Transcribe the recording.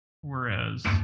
whereas